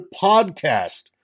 Podcast